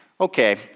okay